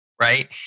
right